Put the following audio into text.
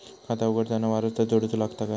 खाता उघडताना वारसदार जोडूचो लागता काय?